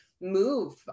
move